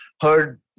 heard